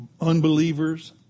unbelievers